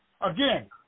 again